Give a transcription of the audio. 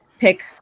pick